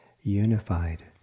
unified